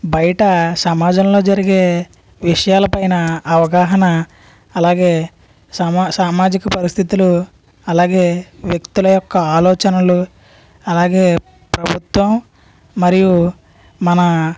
బయట సమాజంలో జరిగే విషయాలపైన అవగాహన అలాగే సమ సామజిక పరిస్థితులు అలాగే వ్యక్తుల యొక్క ఆలోచనలు అలాగే ప్రభుత్వం మరియు మన